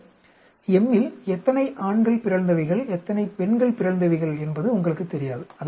இந்த M இல் எத்தனை ஆண்கள் பிறழ்ந்தவைகள் எத்தனை பெண்கள் பிறழ்ந்தவைகள் என்பது உங்களுக்குத் தெரியாது